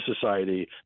society